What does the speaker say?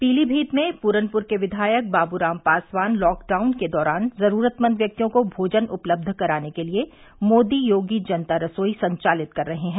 पीलीमीत में प्रनपुर के विधायक बाब्राम पासवान लॉकडाउन के दौरान जरूरतमंद व्यक्तियों को भोजन उपलब्ध कराने के लिए मोदी योगी जनता रसोई संचालित कर रहे हैं